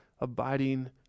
abiding